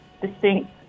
distinct